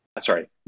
Sorry